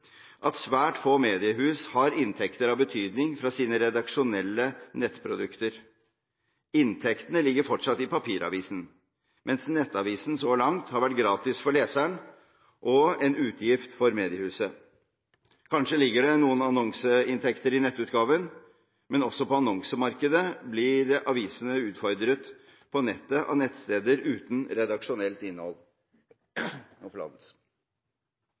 at svært få mediehus har inntekter av betydning fra sine redaksjonelle nettprodukter. Inntektene ligger fortsatt i papiravisen, mens nettavisen så langt har vært gratis for leseren og en utgift for mediehuset. Kanskje ligger det noen annonseinntekter i nettutgaven, men også på annonsemarkedet blir avisene utfordret på nettet av nettsteder uten redaksjonelt innhold.